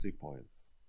points